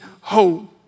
hope